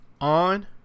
on